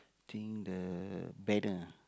think the banner ah